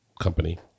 company